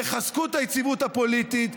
יחזקו את היציבות הפוליטית,